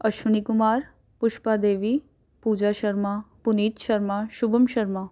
Ashwani Kumar Pushpa Devi Pooja Sharma Puneet Sharma Shubham Sharma